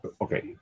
okay